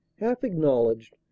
half-acknowledged